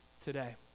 today